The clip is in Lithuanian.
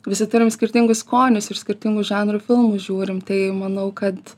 visi turim skirtingus skonius ir skirtingų žanrų filmus žiūrim tai manau kad